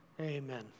Amen